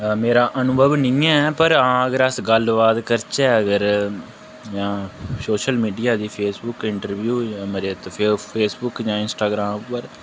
मेरा अनुभव नेईं ऐ पर आं अगर अस गल्ल बात करचै अगर जां सोशल मीडिया दी फेसबुक इंटरव्यू फेसबुक जां इंस्टाग्राम पर